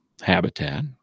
habitat